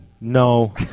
No